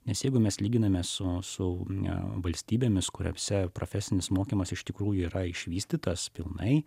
nes jeigu mes lyginame su su ne valstybėmis kuriose profesinis mokymas iš tikrųjų yra išvystytas pilnai